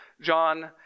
John